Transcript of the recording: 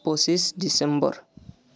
পঁচিছ ডিচেম্বৰ